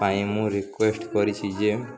ପାଇଁ ମୁଁ ରିକ୍ୱେଷ୍ଟ କରିଛିି ଯେ